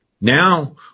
Now